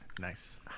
nice